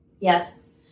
Yes